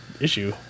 issue